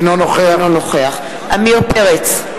אינו נוכח עמיר פרץ,